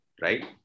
right